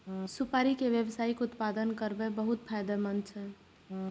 सुपारी के व्यावसायिक उत्पादन करब बहुत फायदेमंद छै